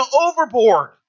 overboard